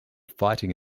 fighting